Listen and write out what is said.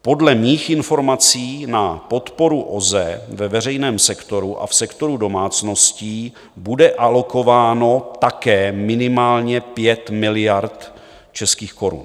Podle mých informací na podporu OZE ve veřejném sektoru a v sektoru domácností bude alokováno také minimálně 5 miliard českých korun.